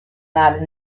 that